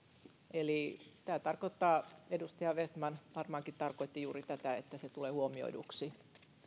eli tämä tarkoittaa edustaja vestman varmaankin tarkoitti juuri tätä että se tulee huomioiduksi